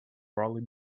probably